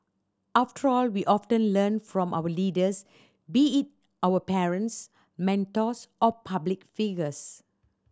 after all we often learn from our leaders be it our parents mentors or public figures